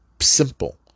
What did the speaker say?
simple